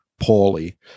poorly